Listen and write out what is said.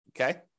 okay